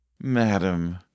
Madam